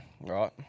Right